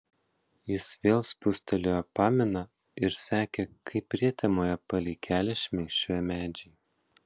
jis vėl spustelėjo paminą ir sekė kaip prietemoje palei kelią šmėkščioja medžiai